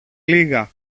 λίγα